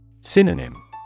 Synonym